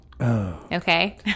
Okay